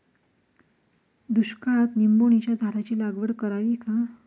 दुष्काळात निंबोणीच्या झाडाची लागवड करावी का?